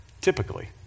Typically